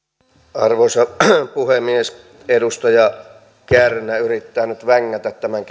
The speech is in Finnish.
arvoisa puhemies edustaja kärnä yrittää nyt vängätä tämän